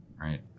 right